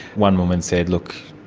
one woman said, look,